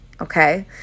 okay